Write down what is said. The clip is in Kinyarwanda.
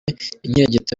inkirigito